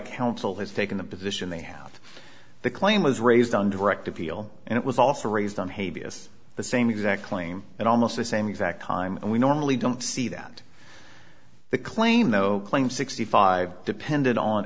council has taken the position they have the claim was raised on direct appeal and it was also raised on hay vs the same exact claim and almost the same exact time and we normally don't see that the claim though claim sixty five depended on